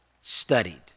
studied